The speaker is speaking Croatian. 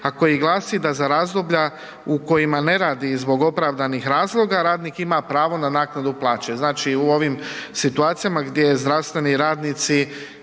a koji glasi da za razdoblja u kojima ne radi zbog opravdanih razloga, radnik ima pravo na naknadu plaće. Znači, u ovim situacijama gdje zdravstveni radnici